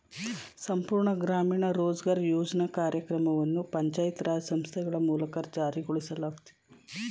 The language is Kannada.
ಸಂಪೂರ್ಣ ಗ್ರಾಮೀಣ ರೋಜ್ಗಾರ್ ಯೋಜ್ನ ಕಾರ್ಯಕ್ರಮವನ್ನು ಪಂಚಾಯತ್ ರಾಜ್ ಸಂಸ್ಥೆಗಳ ಮೂಲಕ ಜಾರಿಗೊಳಿಸಲಾಗಿತ್ತು